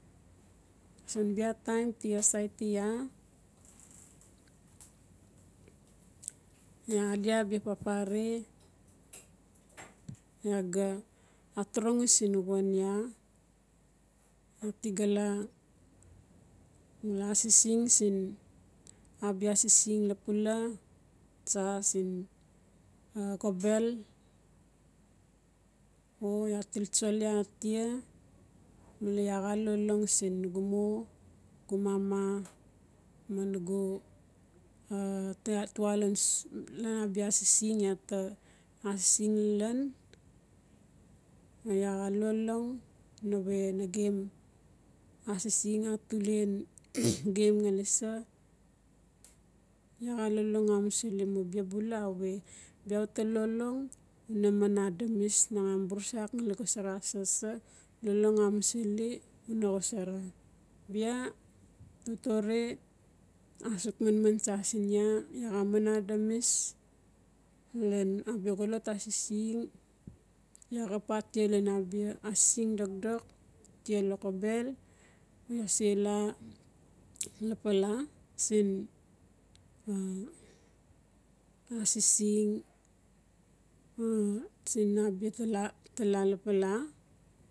Siin bia taim ti asaiti iaa iaa adi abia papare iaa ga aturungi siin wan iaa uti gala laa asising siin abia asising lapula tsa siin xobel. O ia til tsoli atia male iaa xa lolong siin nugu mo nugu mama mo nugu lan aia asising atulen gem ngali sa iaa xa lolong musili mu bia bula awe bia uta lolong una man adamis nangam burusak ngali xosara sa lolong amusili una xosara. Nia totore asuk manman tsa sin iaa. Iaa xa man adamis malen abia xolot asising, iaa xap lan abia asising dokdok tia lokobel iaa sekaa lapala sin asising siin abia tala lapala.